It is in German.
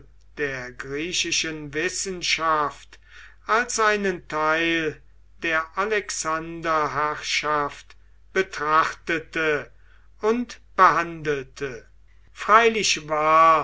der griechischen wissenschaft als einen teil der alexanderherrschaft betrachtete und behandelte freilich war